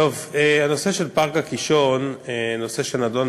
הנושא של פארק הקישון הוא נושא שנדון,